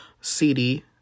CD